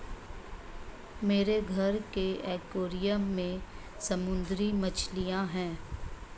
मेरे घर के एक्वैरियम में समुद्री मछलियां हैं